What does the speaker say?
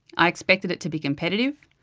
i expected it to be competitive.